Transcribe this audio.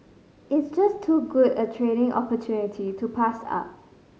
it's just too good a training opportunity to pass up